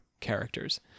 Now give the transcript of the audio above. characters